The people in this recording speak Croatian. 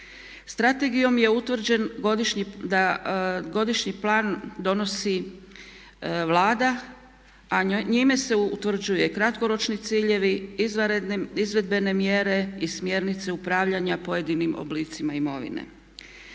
Strategijom je utvrđen da godišnji plan donosi Vlada a njime se utvrđuju kratkoročni ciljevi, izvanredne, izvedbene mjere i smjernice upravljanja pojedinim oblicima imovine.